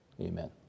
Amen